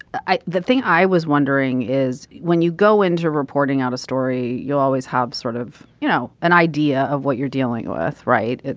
the thing i was wondering is when you go into reporting on a story you always have sort of you know an idea of what you're dealing with right.